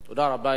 תודה רבה.